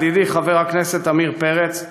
ידידי חבר הכנסת עמיר פרץ,